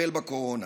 ולטפל בקורונה,